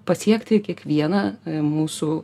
pasiekti kiekvieną mūsų